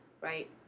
right